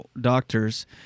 doctors